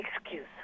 Excuse